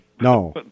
No